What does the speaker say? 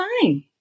fine